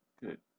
Good